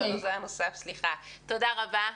תודה רבה.